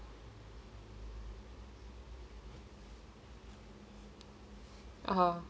(uh huh)